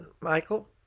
Michael